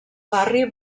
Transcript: barri